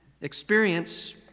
Experience